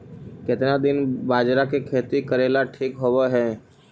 केतना दिन बाजरा के खेती करेला ठिक होवहइ?